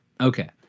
Okay